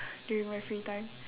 during my free time